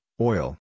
oil